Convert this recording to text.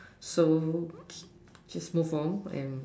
so just move on and